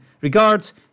regards